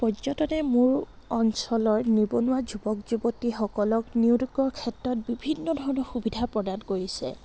পৰ্যটনে মোৰ অঞ্চলৰ নিবনুৱা যুৱক যুৱতীসকলক নিয়োগৰ ক্ষেত্ৰত বিভিন্ন ধৰণৰ সুবিধা প্ৰদান কৰিছে